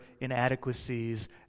inadequacies